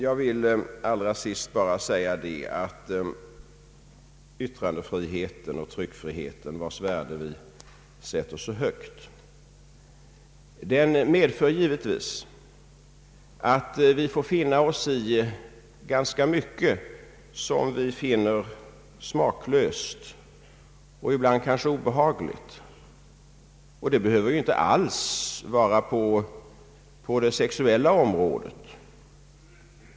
Jag vill allra sist bara säga att yttrandefriheten och tryckfriheten, vilkas värde vi sätter så högt, givetvis medför att vi får finna oss i ganska mycket som vi anser smaklöst och ibland kanske obehagligt. Detta behöver inte alls gälla det sexuella området.